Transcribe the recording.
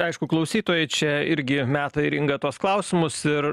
aišku klausytojai čia irgi meta į ringą tuos klausimus ir